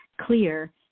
clear